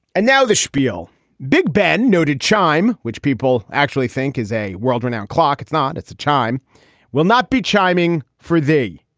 and now the schpiel big ben noted chime, which people actually think is a world-renowned clock. it's not. it's a chime will not be chiming for thee.